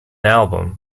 album